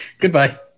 goodbye